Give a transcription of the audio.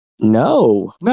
No